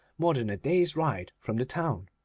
more than a day's ride from the town.